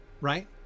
right